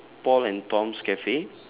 paul and tom's cafe